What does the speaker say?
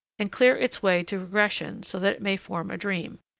and clear its way to regression so that it may form a dream,